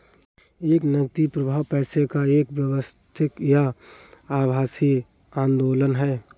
एक नकदी प्रवाह पैसे का एक वास्तविक या आभासी आंदोलन है